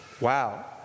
Wow